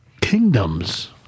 kingdoms